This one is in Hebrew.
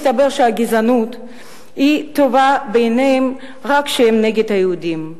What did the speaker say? מסתבר שהגזענות טובה בעיניהם רק כשהיא נגד היהודים.